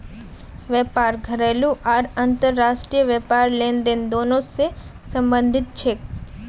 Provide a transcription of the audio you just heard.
व्यापार घरेलू आर अंतर्राष्ट्रीय व्यापार लेनदेन दोनों स संबंधित छेक